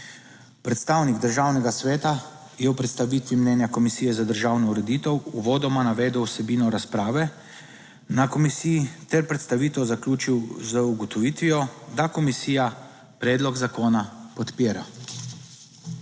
Predstavnik Državnega sveta je v predstavitvi mnenja Komisije za državno ureditev uvodoma navedel vsebino razprave na komisiji ter predstavitev zaključil z ugotovitvijo, da komisija predlog zakona podpira.